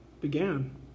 began